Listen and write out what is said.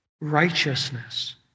Righteousness